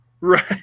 right